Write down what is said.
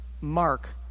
mark